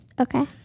Okay